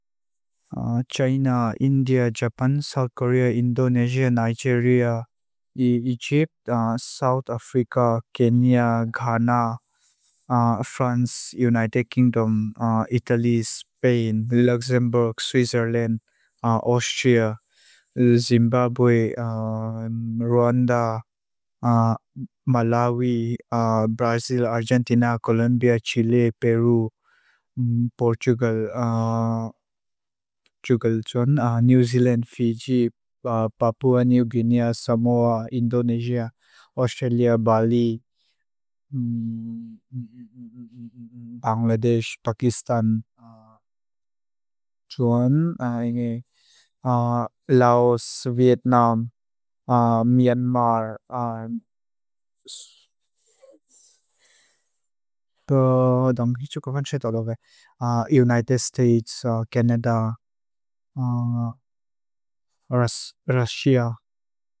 China, India, Japan, South Korea, Indonesia, Nigeria, Egypt, South Africa, Kenya, Ghana, France, United Kingdom, Italy, Spain, Luxembourg, Switzerland, Austria, Zimbabwe, Rwanda, Malawi, Brazil, Argentina, Colombia, Chile, Peru, Portugal. New Zealand, Fiji, Papua New Guinea, Samoa, Indonesia, Australia, Bali, Bangladesh, Pakistan, Laos, Vietnam, Myanmar, United States, Canada, Russia. Xi'an.